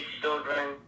children